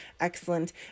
excellent